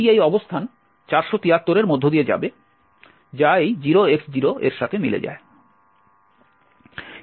এটি এই অবস্থান 473 এর মধ্য দিয়ে যাবে যা এই 0X0 এর সাথে মিলে যায়